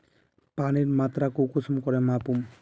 पानीर मात्रा कुंसम करे मापुम?